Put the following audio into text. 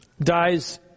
dies